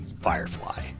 Firefly